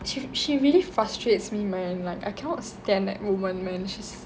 she she really frustrates me man like I cannot stand that woman man she's